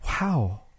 wow